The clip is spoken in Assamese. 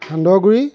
সান্দহগুৰি